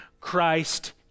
Christ